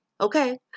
Okay